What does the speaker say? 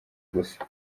gusa